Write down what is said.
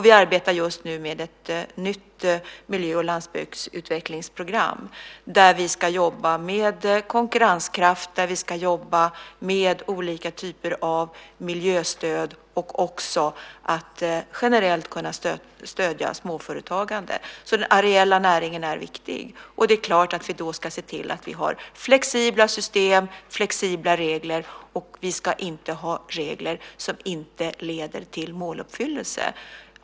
Vi arbetar just nu med ett nytt miljö och landsbygdsutvecklingsprogram där vi ska jobba med konkurrenskraft och olika typer av miljöstöd samt för att generellt kunna stödja småföretagande. Den areella näringen är viktig. Det är klart att vi då ska se till att vi har flexibla system och flexibla regler. Vi ska inte ha regler som inte leder till måluppfyllelse.